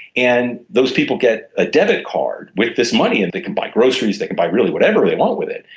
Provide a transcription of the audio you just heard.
and those people get a debit card with this money and they can buy groceries, they can buy really whatever they want with it.